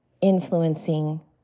influencing